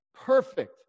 Perfect